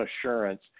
assurance